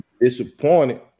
disappointed